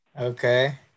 Okay